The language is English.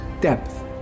depth